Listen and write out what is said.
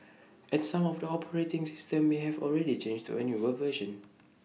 and some of the operating systems may have already changed to A newer version